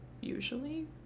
usually